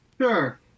Sure